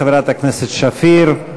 חברת הכנסת שפיר,